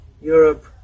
Europe